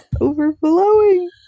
overflowing